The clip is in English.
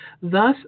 thus